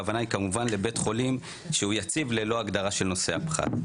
הכוונה היא כמובן לבית חולים שהוא יציב ללא הגדרה של נושא הפחת.